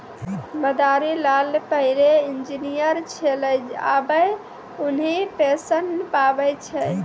मदारी लाल पहिलै इंजीनियर छेलै आबे उन्हीं पेंशन पावै छै